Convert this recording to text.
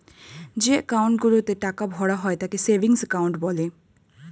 যে অ্যাকাউন্ট গুলোতে টাকা ভরা হয় তাকে সেভিংস অ্যাকাউন্ট বলে